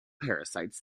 parasites